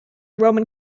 roman